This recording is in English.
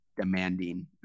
demanding